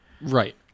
Right